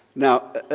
now,